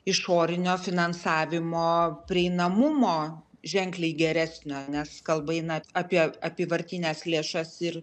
išorinio finansavimo prieinamumo ženkliai geresnio nes kalba eina apie apyvartines lėšas ir